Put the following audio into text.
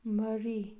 ꯃꯔꯤ